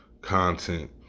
content